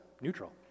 neutral